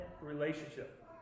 relationship